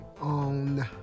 on